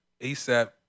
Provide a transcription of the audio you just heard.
ASAP